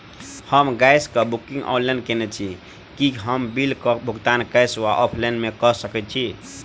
हम गैस कऽ booking online केने छी, की हम बिल कऽ भुगतान कैश वा ऑफलाइन मे कऽ सकय छी?